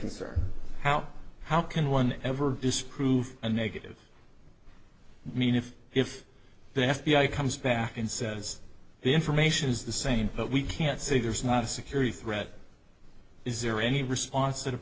concern how how can one ever disprove a negative i mean if if the f b i comes back and says the information is the same but we can't say there's not a security threat is there any response t